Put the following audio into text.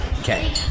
Okay